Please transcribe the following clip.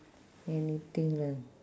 anything lah